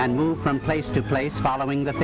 and move from place to place following the